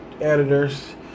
editors